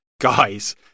guys